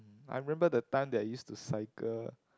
I remember the time that I used to cycle